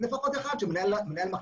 לפחות אחד שהוא מנהל מחלקה,